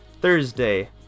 Thursday